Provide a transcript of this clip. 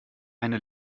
eine